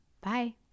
Bye